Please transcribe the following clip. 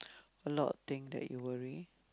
a lot of thing that you worry